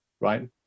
right